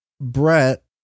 Brett